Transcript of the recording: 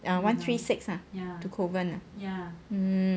uh one three six ah to kovan ah mm